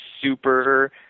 super